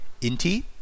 Inti